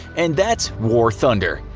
and that's war thunder.